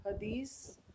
hadith